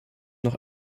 noch